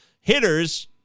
hitters